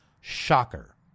Shocker